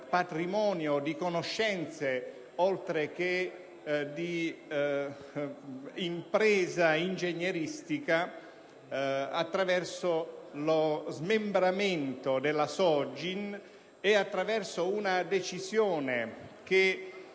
patrimonio di conoscenze, oltre che di impresa ingegneristica, attraverso lo smembramento della Sogin e una decisione, che